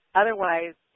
otherwise